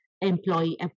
Employee